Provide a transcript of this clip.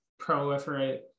proliferate